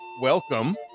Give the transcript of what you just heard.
welcome